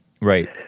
right